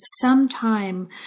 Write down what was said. sometime